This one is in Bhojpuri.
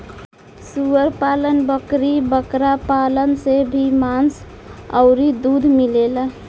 सूअर पालन, बकरी बकरा पालन से भी मांस अउरी दूध मिलेला